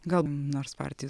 gal nors partijų